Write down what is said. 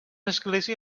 església